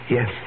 Yes